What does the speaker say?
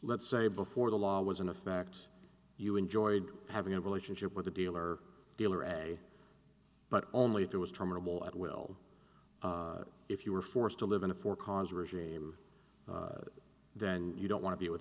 lets say before the law was in effect you enjoyed having a relationship with a dealer dealer and but only if it was terminable at will if you were forced to live in a for cause regime then you don't want to be with